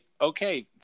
Okay